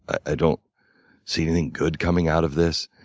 i don't see anything good coming out of this,